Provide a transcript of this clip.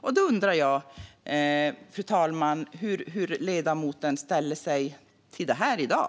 Jag undrar, fru talman, hur ledamoten ställer sig till det här i dag.